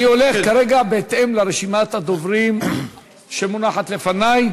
אני הולך כרגע בהתאם לרשימת הדוברים שמונחת לפני.